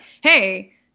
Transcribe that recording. hey